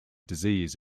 disease